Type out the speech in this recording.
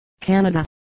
Canada